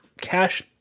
cash